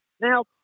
Now